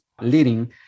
leading